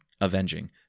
avenging